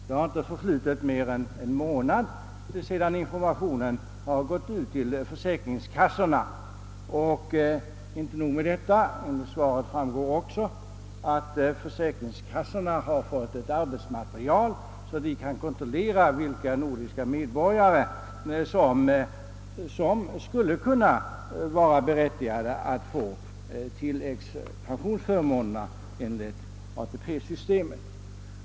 Det förflöt inte mer än en månad innan information om saken lämnades till försäkringskassorna, och inte nog med det: av svaret framgår också att försäkringskassorna har fått ett arbetsmaterial, så att de kan kontrollera vilka nordiska medborgare som skulle kunna vara berättigade att få tilläggspensionsförmåner enligt ATP-systemet.